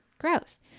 Gross